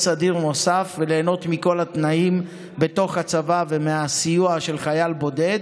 סדיר נוסף וליהנות מכל התנאים בתוך הצבא ומהסיוע של חייל בודד,